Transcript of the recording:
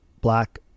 black